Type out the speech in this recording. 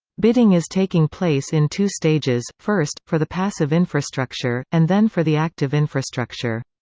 bidding is taking place in two stages first, for the passive infrastructure, and then for the active infrastructure.